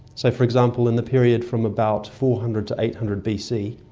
so, for example, in the period from about four hundred to eight hundred bc,